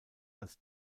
als